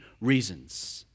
reasons